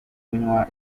kunywa